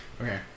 Okay